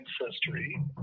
ancestry